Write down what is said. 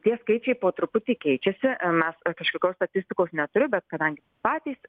tie skaičiai po truputį keičiasi mes kažkokios statistikos neturiu bet kadangi patys